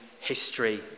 history